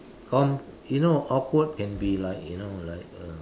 come you know awkward can be like you know like uh